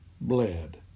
bled